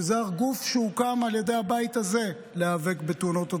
שזה גוף שהוקם על ידי הבית הזה כדי להיאבק בתאונות הדרכים,